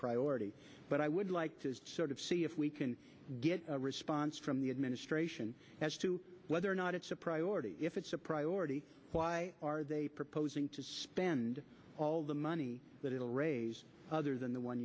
priority but i would like to sort of see if we can get a response from the administration as to whether or not it's a priority if it's a priority why are they proposing to spend all the money that it will raise other than the one